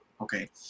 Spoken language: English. okay